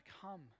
come